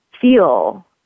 feel